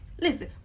listen